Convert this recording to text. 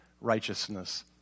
righteousness